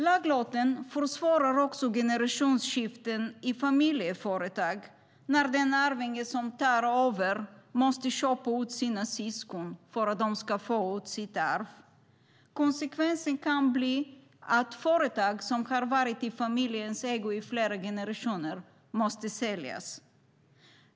Laglotten försvårar också generationsskiften i familjeföretag när den arvinge som tar över måste köpa ut sina syskon för att de ska få ut sitt arv. Konsekvensen kan bli att företag som har varit i familjens ägo i flera generationer måste säljas.